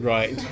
Right